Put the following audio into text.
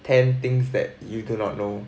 ten things that you do not know